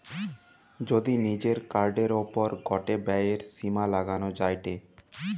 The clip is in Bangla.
যদি নিজের কার্ডের ওপর গটে ব্যয়ের সীমা লাগানো যায়টে